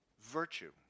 virtue